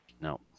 No